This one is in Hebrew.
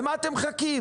למה אתם מחכים?